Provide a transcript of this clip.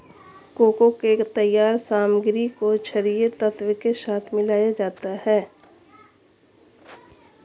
cocoa के तैयार सामग्री को छरिये तत्व के साथ मिलाया जाता है